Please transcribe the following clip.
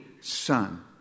Son